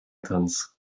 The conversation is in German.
tanz